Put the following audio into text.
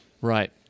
Right